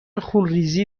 خونریزی